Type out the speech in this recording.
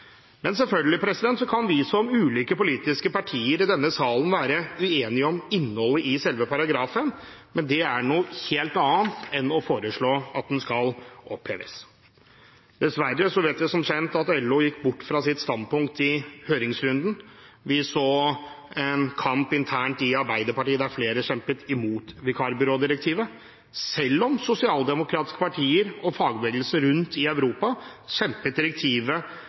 Selvfølgelig kan vi som ulike politiske partier i denne salen være uenige om innholdet i selve paragrafen, men det er noe helt annet enn å foreslå at den skal oppheves. Dessverre vet vi som kjent at LO gikk bort fra sitt standpunkt i høringsrunden. Vi så en kamp internt i Arbeiderpartiet, der flere kjempet imot vikarbyrådirektivet, selv om sosialdemokratiske partier og fagbevegelser rundt i Europa kjempet direktivet